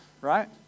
right